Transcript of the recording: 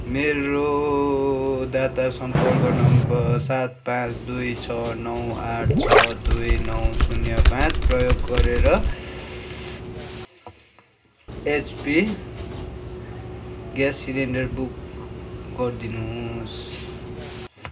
मेरो दर्ता सम्पर्क नम्बर सात पाँच दुई छ नौ आठ छ दुई नौ शून्य पाँच प्रयोग गरेर एचपी ग्यास सिलिन्डर बुक गरिदिनु होस्